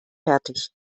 fertig